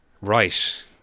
right